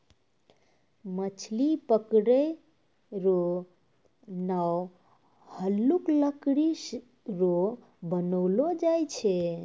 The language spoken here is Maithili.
मछली पकड़ै रो नांव हल्लुक लकड़ी रो बनैलो जाय छै